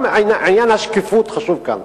גם עניין השקיפות חשוב כאן,